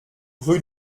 rue